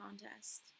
contest